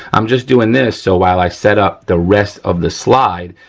i'm just doing this so while i sit up the rest of the slide,